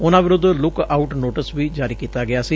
ਉਨੂਾ ਵਿਰੁੱਧ look out notice ਵੀ ਜਾਰੀ ਕੀਤਾ ਗਿਆ ਸੀ